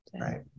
Right